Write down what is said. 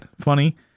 funny